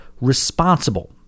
responsible